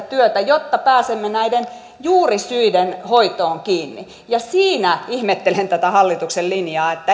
työtä jotta pääsemme näiden juurisyiden hoitoon kiinni siinä ihmettelen tätä hallituksen linjaa että